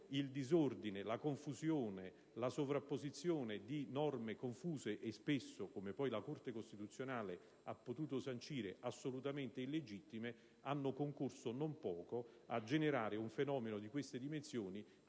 il disordine, la confusione e la sovrapposizione di norme confuse e spesso - come poi la Corte costituzionale ha potuto sancire - assolutamente illegittime hanno concorso non poco a generare un fenomeno di dette dimensioni,